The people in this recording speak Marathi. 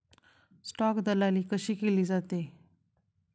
स्टॉक दलाली कशी केली जाते?